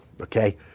okay